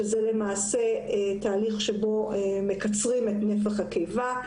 שזה למעשה תהליך שבו מקצרים את נפח הקיבה,